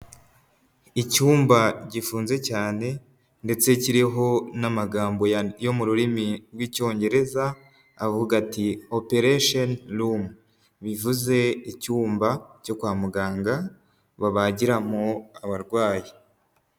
Icyumba gifunze cyane ndetse kiriho n'amagambo yo mu rurimi rw'Icyongereza, avuga ati "operesheni rumu" bivuze icyumba cyo kwa muganga, babagiramo abarwayi.